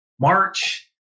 March